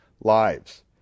lives